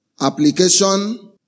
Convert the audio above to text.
Application